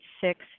six